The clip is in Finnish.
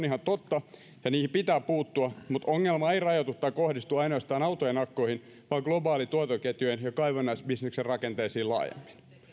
ihan totta ja niihin pitää puuttua mutta ongelma ei rajoitu tai kohdistu ainoastaan autojen akkuihin vaan globaalituotantoketjujen ja kaivannaisbisneksen rakenteisiin laajemmin